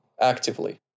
actively